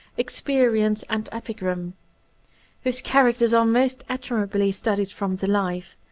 experience, and epigram whose characters are most admirably studied from the life,